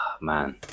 man